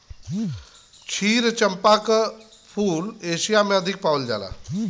क्षीर चंपा के फूल एशिया में अधिक पावल जाला